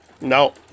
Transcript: No